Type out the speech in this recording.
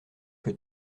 que